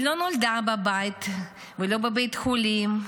היא לא נולדה בבית ולא בבית חולים.